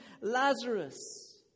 Lazarus